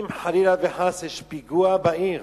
אם חלילה וחס יש פיגוע בעיר?